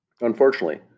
Unfortunately